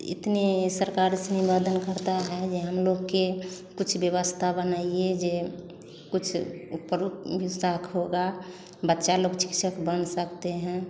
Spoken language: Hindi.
इतने सरकार से निवेदन करता है हम लोग के कुछ व्यवस्था बनाइए जिससे कुछ उपयुक्त विसाख होगा बच्चा लोग शिक्षक बन सकते हैं